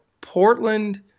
Portland